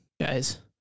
guys